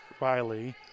Riley